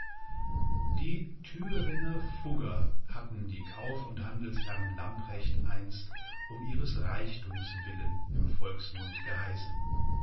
die thüringer fugger hatten die kauf und handelsherren lamprecht einst um ihres reichtumes willen im volksmund geheißen